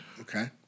Okay